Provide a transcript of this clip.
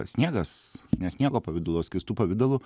sniegas ne sniego pavidalu o skystu pavidalu